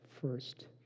first